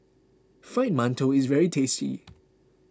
Fried Mantou is very tasty